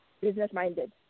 business-minded